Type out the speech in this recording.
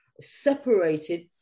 separated